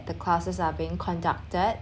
the classes are being conducted